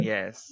Yes